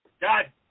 God